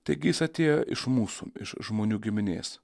taigi jis atėjo iš mūsų iš žmonių giminės